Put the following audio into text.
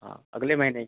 हाँ अगले महीने